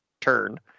turn